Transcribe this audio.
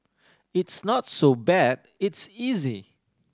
it's not so bad it's easy